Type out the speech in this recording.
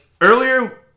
earlier